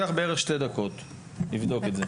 לוקח בערך שתי דקות לבדוק את זה.